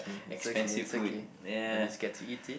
okay it's okay it's okay at least get to eat it